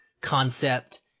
concept